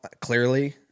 clearly